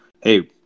hey